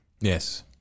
Yes